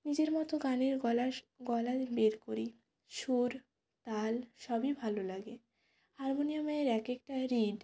নিজের মতো গানের গলা গলা বের করি সুর তাল সবই ভালো লাগে হারমোনিয়ামের এক একটা রিড